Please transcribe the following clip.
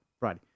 Right